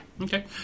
Okay